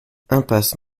impasse